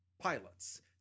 pilots